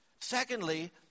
Secondly